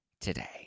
today